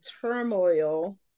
turmoil